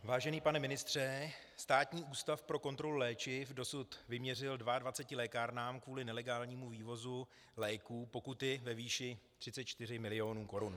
Vážený pane ministře, Státní ústav pro kontrolu léčiv dosud vyměřil 22 lékárnám kvůli nelegálnímu vývozu léků pokuty ve výši 34 mil. korun.